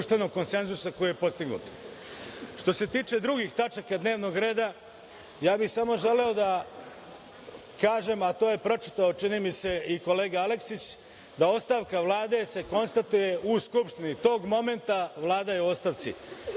koji je postignut. Što se tiče drugih tačaka dnevnog reda, želeo bih samo da kažem, a to je pročitao, čini mi se, i kolega Aleksić, da se ostavka Vlade konstatuje u Skupštini, tog momenta Vlada je u ostavci.